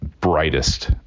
brightest